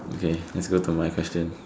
okay lets go to my question